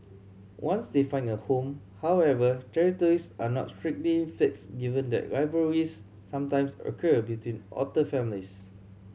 once they find a home however territories are not strictly fixed given that rivalries sometimes occur between otter families